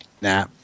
Nah